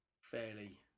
fairly